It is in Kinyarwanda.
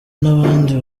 n’abandi